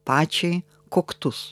pačiai koktus